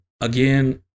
again